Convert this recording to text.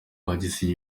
bagize